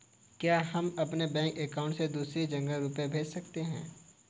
क्या हम अपने बैंक अकाउंट से दूसरी जगह रुपये भेज सकते हैं?